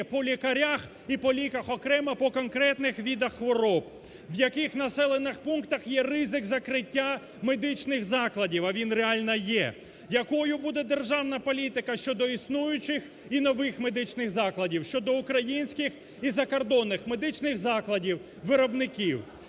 по лікарях і по ліках окремо по конкретних видах хвороб. В яких населених пунктах є ризик закриття медичних закладів, а він реально є. Якою буде державна політика щодо існуючих і нових медичних закладів, щодо українських і закордонних медичних закладів, виробників.